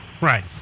Right